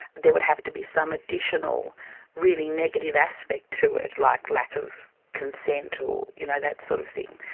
there would have to be some additional really negative aspect to it, like lack of consent or, you know, that sort of thing.